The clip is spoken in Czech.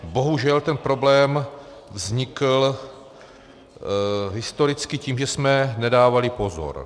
Bohužel ten problém vznikl historicky tím, že jsme nedávali pozor.